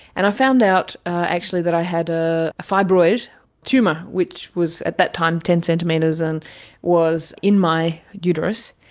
and i found out actually that i had a fibroid tumour which was at that time ten centimetres and was in my uterus.